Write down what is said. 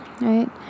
right